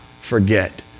forget